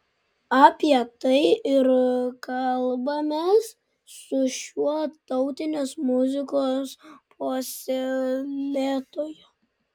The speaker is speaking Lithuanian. apie tai ir kalbamės su šiuo tautinės muzikos puoselėtoju